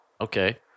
okay